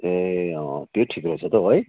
ए अँ अँ त्यो ठिक रहेछ त हौ है